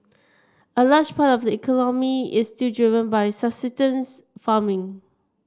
a large part of the economy is still driven by farming